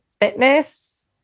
Fitness